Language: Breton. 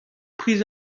priz